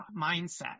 mindset